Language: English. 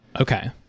okay